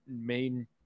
main